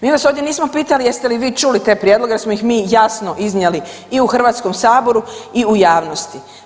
Mi vas ovdje nismo pitali jeste li vi čuli te prijedloge jer smo mi ih jasno iznijeli i u Hrvatskom saboru i u javnosti.